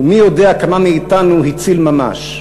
ומי יודע כמה מאתנו הציל ממש.